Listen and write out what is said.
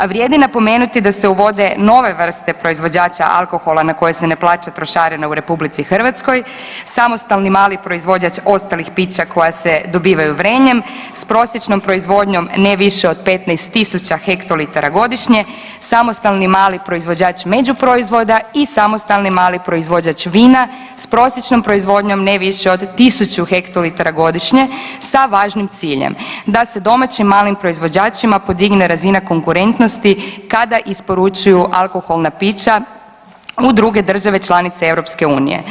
A vrijedi napomenuti da se uvode nove vrste proizvođača alkohola na koje se ne plaća trošarina u RH, samostalni mali proizvođač ostalih pića koja se dobivaju vrenjem s prosječnom proizvodnjom ne više od 15.000 hektolitara godišnje, samostalni mali proizvođač međuproizvoda i samostalni mali proizvođač vina s prosječnom proizvodnjom ne više od 1000 hektolitara godišnje sa važnim ciljem da se domaćim malim proizvođačima podigne razina konkurentnosti kada isporučuju alkoholna pića u druge države članice EU.